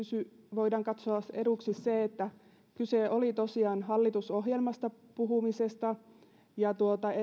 voidaan katsoa se että kyse oli tosiaan hallitusohjelmasta puhumisesta ja